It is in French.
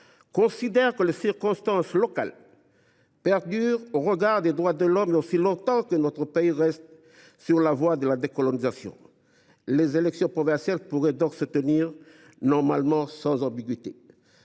considère que les circonstances locales perdurent au regard des droits de l’Homme aussi longtemps que notre pays reste sur la voie de la décolonisation. Les élections provinciales pourraient donc, sans ambiguïté,